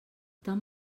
tan